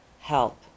help